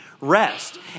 rest